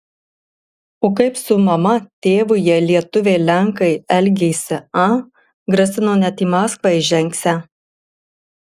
o kaip su mama tėvu jie lietuviai lenkai elgėsi a grasino net į maskvą įžengsią